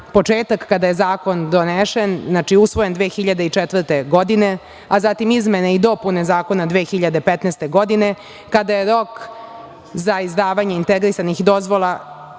početak kada je zakon donesen, znači, usvojen 2004. godine, a zatim izmene i dopune zakona 2015. godine, kada je rok za izdavanje integrisanih dozvola